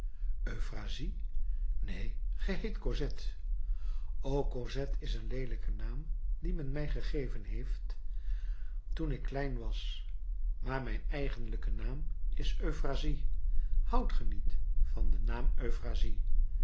euphrasie neen ge heet cosette o cosette is een leelijke naam dien men mij gegeven heeft toen ik klein was maar mijn eigenlijke naam is euphrasie houdt ge niet van den naam